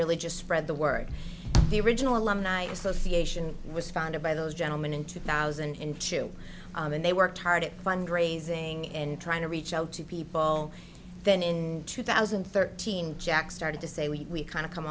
really just spread the word the original alumni association it was founded by those gentlemen in two thousand and two and they worked hard at fund raising and trying to reach out to people then in two thousand and thirteen jack started to say we kind of come